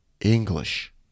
English